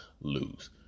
lose